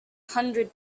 hundred